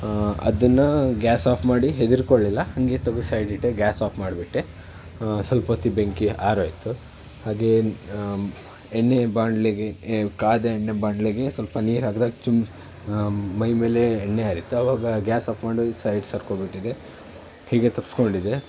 ಅದನ್ನ gas off ಮಾಡಿ ಹೇದ್ರಿಕೊಳ್ಲಿಲ್ಲ ಹಾಗೆ ತೆಗದ್ ಸೈಡ್ ಇಟ್ಟೆ ಗ್ಯಾಸ್ ಆಫ್ ಮಾಡಿಬಿಟ್ಟೆ ಸ್ವಲ್ಪೊತ್ತಿಗ್ ಬೆಂಕಿ ಆರೋಯಿತು ಹಾಗೇ ಎಣ್ಣೆ ಬಾಂಡ್ಲೆಗೆ ಕಾದ ಎಣ್ಣೆ ಬಾಂಡ್ಲೆಗೆ ಸ್ವಲ್ಪ ನೀರು ಹಾಕ್ದಾಗ ಚುಮ್ ಮೈಮೇಲೆ ಎಣ್ಣೆ ಹಾರಿತ್ತು ಆವಾಗ ಗ್ಯಾಸ್ ಆಫ್ ಮಾಡಿ ಸೈಡ್ ಸರ್ಕೋಬಿಟ್ಟಿದ್ದೆ ಹೀಗೆ ತಪ್ಪಿಸ್ಕೊಂಡಿದ್ದೆ